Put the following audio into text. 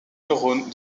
neurones